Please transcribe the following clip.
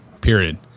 period